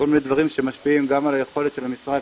כל מיני דברים שמשפיעים גם על היכולת של המשרד